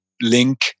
LINK